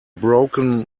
broken